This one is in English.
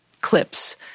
clips